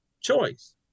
choice